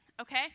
okay